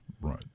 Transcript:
Right